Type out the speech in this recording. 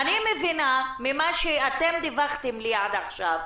אני מבינה ממה שאתם דיווחתם לי עד עכשיו,